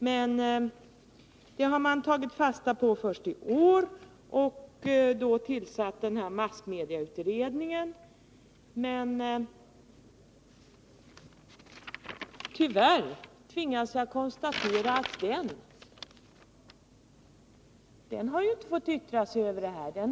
Det har man emellertid tagit fasta på först i år och då tillsatt massmedieutredningen. Men tyvärr tvingas jag konstatera att den inte har fått yttra sig om det här projektet.